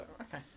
Okay